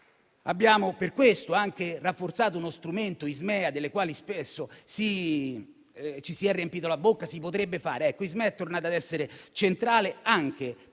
Abbiamo per questo anche rafforzato uno strumento, Ismea, del quale spesso ci si è riempita la bocca. Ismea è tornata ad essere centrale per